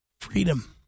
freedom